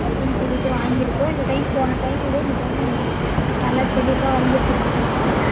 ஒர்த்துன்னு சொல்லிட்டு வாங்கியிருக்கோம் இந்த டைம் போன டைமை விட இந்த டைம் நல்லா செழிப்பா வளர்ந்துட்ருக்கு மேடம்